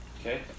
Okay